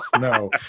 No